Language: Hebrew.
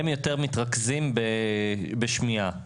הם יותר מתרכזים בשמיעה.